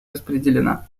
распределена